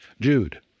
Jude